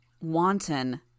Wanton